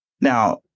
Now